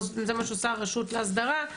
זה מה שעושה הרשות להסדרה,